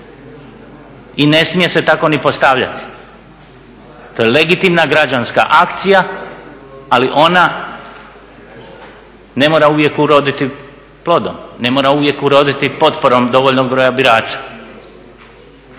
i ne smije se tako ni postavljati. To je legitimna građanska akcija ali ona ne mora uvijek uroditi plodom, ne mora uvijek uroditi potporom dovoljnog broja birača.